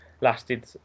lasted